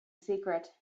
secret